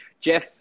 Jeff